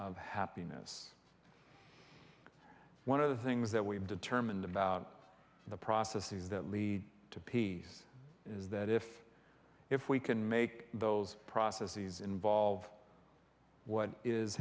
of happiness one of the things that we've determined about the processes that lead to peace is that if if we can make those processes involve what is